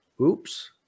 Oops